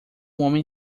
homem